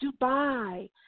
Dubai